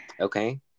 Okay